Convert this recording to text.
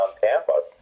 Tampa